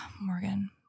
Morgan